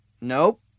Nope